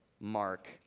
Mark